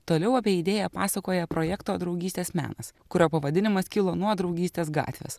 toliau apie idėją pasakoja projekto draugystės menas kurio pavadinimas kilo nuo draugystės gatvės